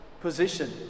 position